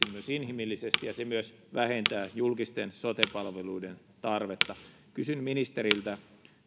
myös inhimillisesti ja se myös vähentää julkisten sote palveluiden tarvetta kysyn ministeriltä